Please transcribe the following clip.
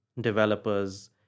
developers